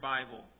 Bible